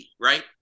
right